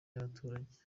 y’abaturage